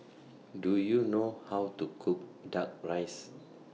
Do YOU know How to Cook Duck Rice